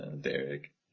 Derek